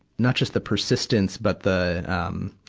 not just the persistence, but the, um,